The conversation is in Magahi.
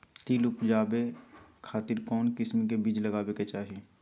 तिल उबजाबे खातिर कौन किस्म के बीज लगावे के चाही?